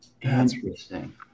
Interesting